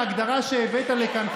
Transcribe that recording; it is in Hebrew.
ההגדרה שהבאת לכאן,